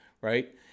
right